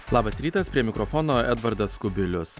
labas rytas prie mikrofono edvardas kubilius